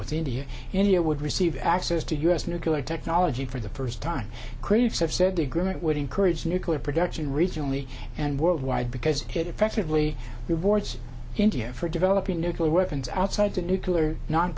with india india would receive access to u s nuclear technology for the first time craves have said the agreement would encourage nuclear production regionally and worldwide because it effectively rewards india for developing nuclear weapons outside the nuclear non